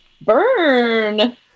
Burn